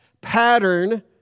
pattern